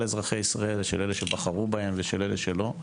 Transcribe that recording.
אזרחי ישראל - של אלה שבחרו בהם ושל אלה שלא.